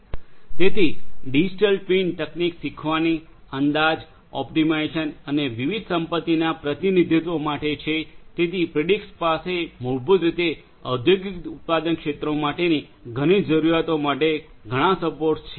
તેથી digital twin તકનીક શીખવાની અંદાજ ઓપ્ટિમાઇઝેશન અને વિવિધ સંપત્તિના પ્રતિનિધિત્વ માટે છે તેથી પ્રિડિક્સ પાસે મૂળભૂત રીતે ઔદ્યોગિક ઉત્પાદન ક્ષેત્રો માટેની ઘણી જરૂરિયાતો માટે ઘણા સપોર્ટ છે